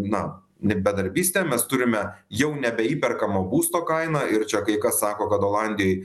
na bedarbystę mes turime jau nebe įperkamo būsto kainą ir čia kai kas sako kad olandijoj